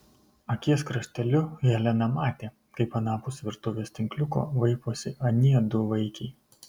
akies krašteliu helena matė kaip anapus virtuvės tinkliuko vaiposi anie du vaikiai